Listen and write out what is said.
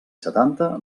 setanta